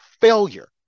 failure